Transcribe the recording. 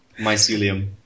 Mycelium